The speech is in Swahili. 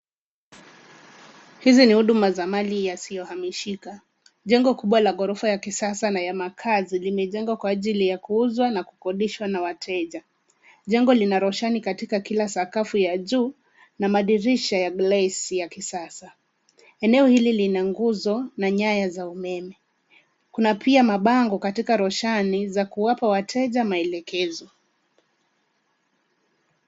Hizi ni huduma za mali yasiyohamishika. Jengo kubwa la ghorofa ya kisasa na ya maakazi limejengwa kwa ajili ya kuuzwa na kukodishwa na wateja. Jengo lina roshani katika kila sakafu ya juu na madirisha ya glesi ya kisasa. Eneo hili lina nguzo na nyaya za umeme. Kuna pia mabango katika roshani za kuwapa wateja maelekezo.